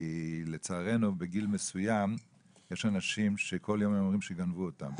לצערנו בגיל מסוים יש אנשים שכל יום אומרים שגנבו אותם,